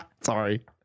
Sorry